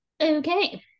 okay